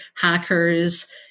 hackers